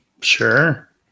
sure